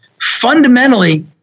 fundamentally